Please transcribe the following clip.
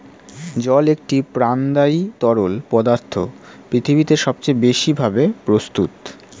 জল একটি প্রাণদায়ী তরল পদার্থ পৃথিবীতে সবচেয়ে বেশি ভাবে প্রস্তুত